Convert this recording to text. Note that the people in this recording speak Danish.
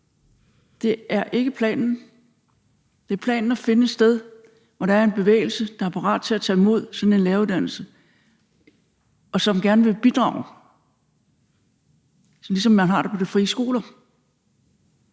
Det er ikke planen. Det er planen at finde et sted, hvor der er en bevægelse, der er parat til at tage imod sådan en læreruddannelse, og som gerne vil bidrage, ligesom man har det på de frie skoler.